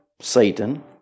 Satan